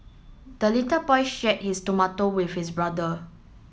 the little boy share his tomato with his brother